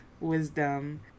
wisdom